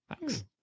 Thanks